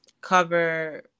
cover